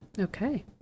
Okay